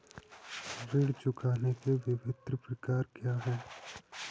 ऋण चुकाने के विभिन्न प्रकार क्या हैं?